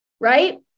right